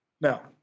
now